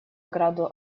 ограду